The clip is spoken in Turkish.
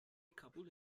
kabul